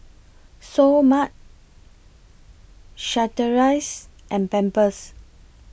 Seoul Mart Chateraise and Pampers